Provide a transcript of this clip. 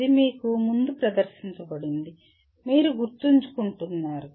ఇది మీకు ముందు ప్రదర్శించబడింది మీరు గుర్తుంచుకుంటున్నారు